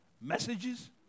messages